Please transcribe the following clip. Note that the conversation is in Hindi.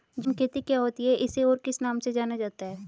झूम खेती क्या होती है इसे और किस नाम से जाना जाता है?